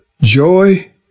joy